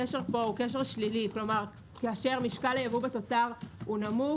הקשר פה הוא קשר שלילי כלומר כאשר משקל הייבוא בתוצר הוא נמוך,